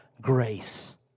grace